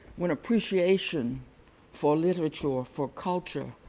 when appreciation for literature, for culture,